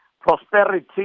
prosperity